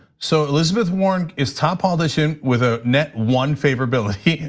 so elizabeth warren is top politician with a net one favorability,